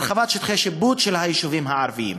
הרחבת שטחי שיפוט של היישובים הערביים.